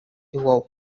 iwawa